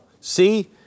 see